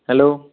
hello